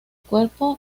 cuerpo